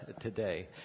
today